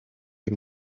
y’u